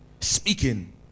speaking